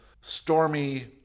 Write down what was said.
stormy